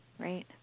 Right